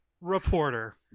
reporter